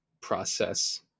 process